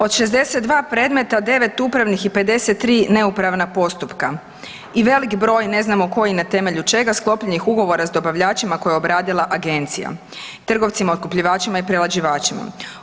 Od 62 predmeta, 9 upravnih i 53 neupravna postupka i veliki broj ne znamo tko i na temelju čega sklopljenih ugovora s dobavljačima koje je obradila agencija trgovcima otkupljivačima i prerađivačima.